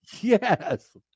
Yes